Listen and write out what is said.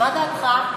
מה דעתך?